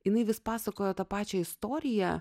jinai vis pasakojo tą pačią istoriją